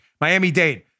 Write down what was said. Miami-Dade